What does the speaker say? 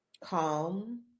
calm